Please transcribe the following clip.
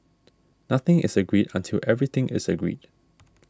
nothing is agreed until everything is agreed